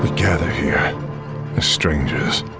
gather here as strangers,